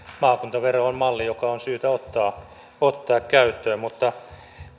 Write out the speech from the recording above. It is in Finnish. maakuntavero on malli joka on syytä ottaa ottaa käyttöön mutta